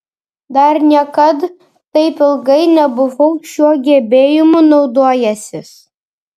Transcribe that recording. dar niekad taip ilgai nebuvau šiuo gebėjimu naudojęsis